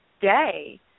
day